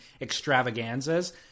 extravaganzas